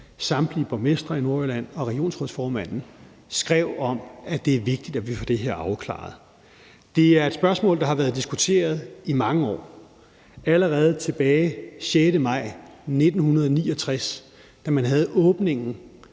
samtlige borgmestre i Nordjylland og regionsrådsformanden skrev, at det er vigtigt, at vi får det her afklaret. Det er et spørgsmål, der har været diskuteret i mange år. Allerede tilbage til den 6. maj 1969, da man havde åbningen